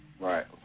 Right